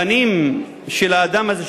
הבנים של האדם הזה,